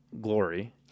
glory